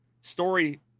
story